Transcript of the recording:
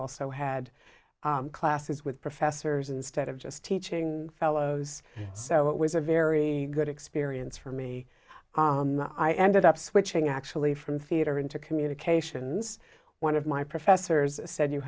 also had classes with professors instead of just teaching fellows so it was a very good experience for me i ended up switching actually from theater into communications one of my professors said you